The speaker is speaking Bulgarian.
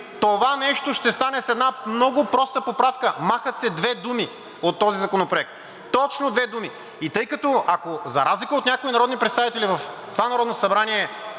Това нещо ще стане с една много проста поправка – махат се две думи от този законопроект – точно две думи. И тъй като, ако за разлика от някои народни представители в това Народно събрание,